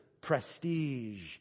prestige